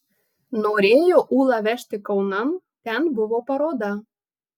norėjo ūlą vežti kaunan ten buvo paroda